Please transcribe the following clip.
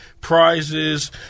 prizes